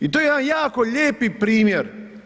I to je jedan jako lijepi primjer.